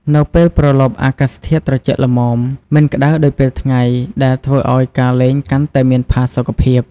នៅពេលព្រលប់ អាកាសធាតុត្រជាក់ល្មម មិនក្តៅដូចពេលថ្ងៃ ដែលធ្វើឱ្យការលេងកាន់តែមានផាសុកភាព ។